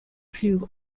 plus